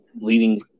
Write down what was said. leading